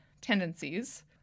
tendencies